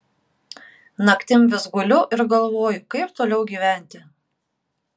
naktim vis guliu ir galvoju kaip toliau gyventi